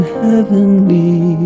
heavenly